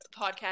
podcast